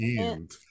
end